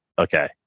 okay